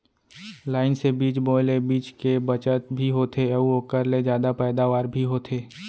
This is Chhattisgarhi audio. लाइन से बीज बोए ले बीच के बचत भी होथे अउ ओकर ले जादा पैदावार भी होथे